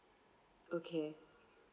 okay